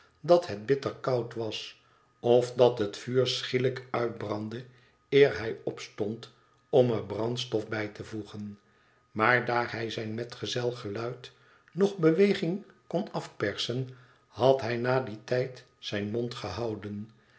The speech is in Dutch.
dat het bitter koud was of dat het vuur schielijk uitbrandde eer hij opstond om er brandstof bij te voegen maar daar hij zijn metgezel geluid noch beweging kon afpersen had hij na dien tijd zijn mond gehouden